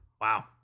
Wow